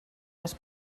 les